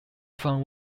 found